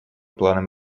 планом